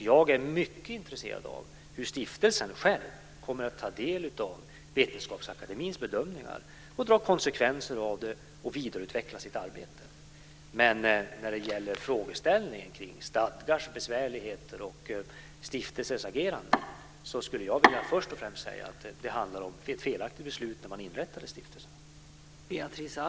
Jag är mycket intresserad av hur stiftelsen kommer att ta del av Vetenskapsakademiens bedömningar, vilka konsekvenser den kommer att dra av det och hur den kommer att vidareutveckla sitt arbete. När det gäller frågeställningen kring stadgars besvärligheter och stiftelsens agerande skulle jag först och främst vilja säga att det var ett felaktigt beslut att inrätta stiftelserna.